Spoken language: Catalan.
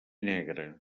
negre